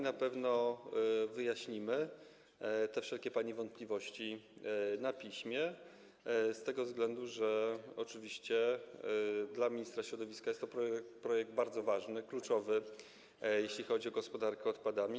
Na pewno wyjaśnimy wszelkie pani wątpliwości na piśmie z tego względu, że oczywiście dla ministra środowiska jest to projekt bardzo ważny, kluczowy, jeśli chodzi o gospodarkę odpadami.